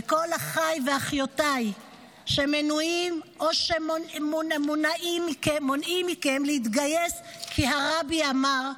לכל אחיי ואחיותיי שמנועים או שמונעים מכם להתגייס כי הרבי אמר,